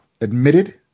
admitted